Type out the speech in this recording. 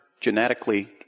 genetically